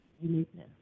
uniqueness